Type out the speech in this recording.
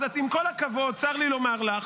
אז עם כל הכבוד, צר לי לומר לך,